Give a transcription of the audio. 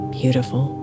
beautiful